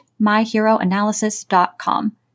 myheroanalysis.com